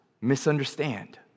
misunderstand